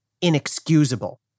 inexcusable